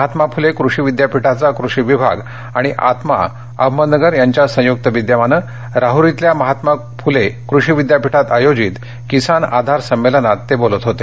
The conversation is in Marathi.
महात्मा फुले कृषि विद्यापीठाचा कृषि विभाग आणि आत्मा अहमदनगर यांच्या संयुक्त विद्यमाने राहुरीतल्या महात्मा फुले कुषि विद्यापीठात आयोजित किसान आधार संमेलनात ते बोलत होते